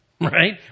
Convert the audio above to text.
Right